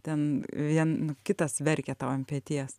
ten vien nu kitas verkia tau ant peties